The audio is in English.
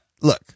look